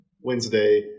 Wednesday